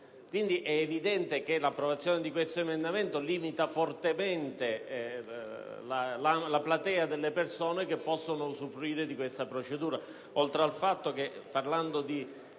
quindi, che l'approvazione dell'emendamento 10.202 limita fortemente la platea delle persone che possono usufruire di questa procedura,